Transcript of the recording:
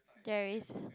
there is